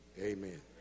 Amen